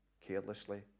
carelessly